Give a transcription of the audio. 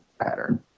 pattern